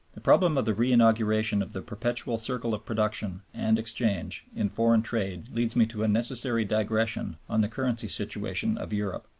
the problem of the re-inauguration of the perpetual circle of production and exchange in foreign trade leads me to a necessary digression on the currency situation of europe.